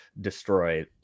destroy